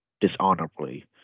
dishonorably